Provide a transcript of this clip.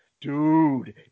dude